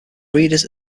breeders